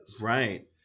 right